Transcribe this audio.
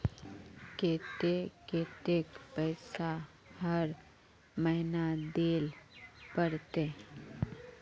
केते कतेक पैसा हर महीना देल पड़ते?